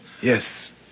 Yes